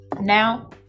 Now